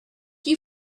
you